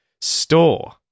store